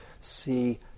see